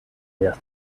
their